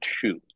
two